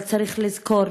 אבל צריך לזכור